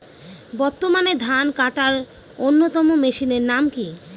বর্তমানে ধান কাটার অন্যতম মেশিনের নাম কি?